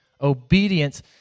Obedience